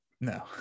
No